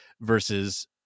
versus